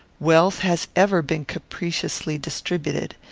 wealth has ever been capriciously distributed.